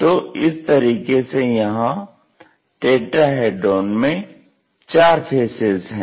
तो इस तरीके से यहां टेट्राहेड्रॉन में चार फेसेज हैं